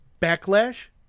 Backlash